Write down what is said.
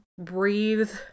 breathe